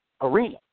arena